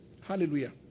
Hallelujah